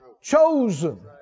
chosen